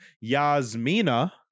Yasmina